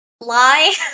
Lie